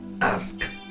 ask